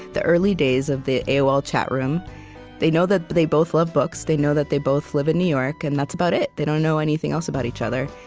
the early days of the aol chatroom. they know that they both love books. they know that they both live in new york. and that's about it they don't know anything else about each other.